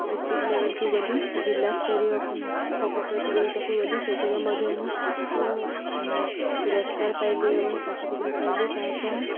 district ଲେଭେଲକୁ ଗଲି ଜିଲ୍ଲାସ୍ତରୀୟ ଖକ ପ୍ରତିଯୋଗିତାକୁ ଗଲି ସେଥିରେ ମଧ୍ୟ ମୁଁ ପୁରସ୍କାର ପାଇଲି ଏବଂ ସାର୍ଟିଫିକେଟ୍ ପାଇଲି ତା' ସହ